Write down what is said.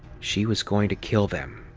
she was going to kill them.